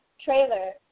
trailer